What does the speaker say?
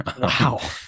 Wow